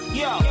yo